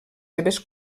seves